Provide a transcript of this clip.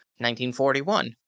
1941